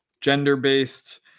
gender-based